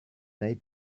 they